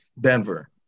Denver